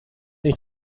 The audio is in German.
ich